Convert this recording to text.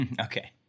Okay